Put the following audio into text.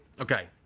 Okay